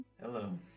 Hello